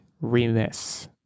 remiss